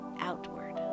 outward